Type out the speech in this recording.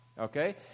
okay